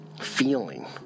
feeling